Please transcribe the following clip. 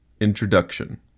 Introduction